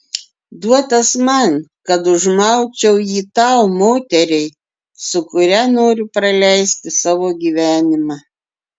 duotas man kad užmaučiau jį tau moteriai su kuria noriu praleisti savo gyvenimą